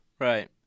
Right